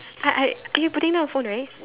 I I are you putting down the phone right